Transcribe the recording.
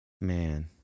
Man